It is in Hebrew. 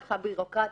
מבחינה ביורוקרטית,